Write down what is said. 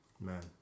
Man